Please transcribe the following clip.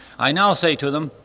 i now say to them,